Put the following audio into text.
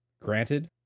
granted